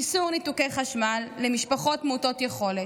איסור ניתוקי חשמל למשפחות מעוטות יכולות.